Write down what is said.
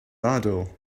idol